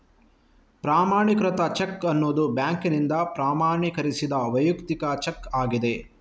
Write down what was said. ಪ್ರಮಾಣೀಕೃತ ಚೆಕ್ ಅನ್ನುದು ಬ್ಯಾಂಕಿನಿಂದ ಪ್ರಮಾಣೀಕರಿಸಿದ ವೈಯಕ್ತಿಕ ಚೆಕ್ ಆಗಿದೆ